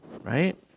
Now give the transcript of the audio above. Right